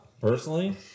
personally